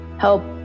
help